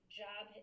job